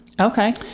Okay